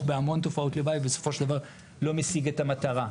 בהמון תופעות לוואי ובסופו של דבר לא משיג את המטרה.